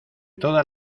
todas